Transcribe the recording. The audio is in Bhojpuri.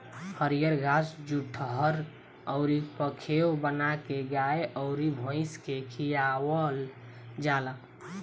हरिअर घास जुठहर अउर पखेव बाना के गाय अउर भइस के खियावल जाला